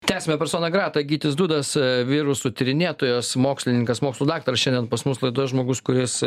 tęsiame persona grata gytis dudas virusų tyrinėtojas mokslininkas mokslų daktaras šiandien pas mus laidoje žmogus kuris